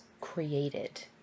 created